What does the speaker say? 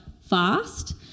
fast